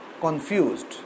confused